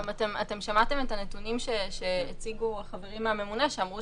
שמעתם את הנתונים שהציגו החברים מהממונה שאמרו